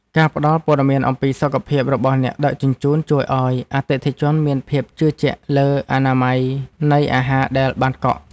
ការផ្ដល់ព័ត៌មានអំពីសុខភាពរបស់អ្នកដឹកជញ្ជូនជួយឱ្យអតិថិជនមានភាពជឿជាក់លើអនាម័យនៃអាហារដែលបានកក់។